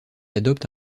adopte